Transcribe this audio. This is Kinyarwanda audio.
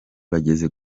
bageze